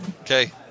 Okay